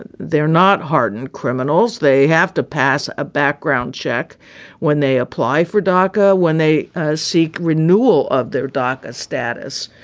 and they're not hardened criminals. they have to pass a background check when they apply for dacca, when they seek renewal of their dark status.